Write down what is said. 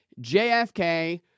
JFK